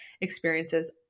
experiences